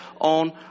on